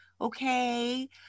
okay